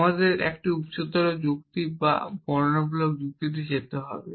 আমাদের একটি উচ্চতর যুক্তি বা আরও বর্ণনামূলক যুক্তিতে যেতে হবে